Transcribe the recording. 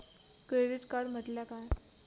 Credit card म्हटल्या काय?